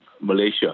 Malaysia